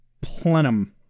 Plenum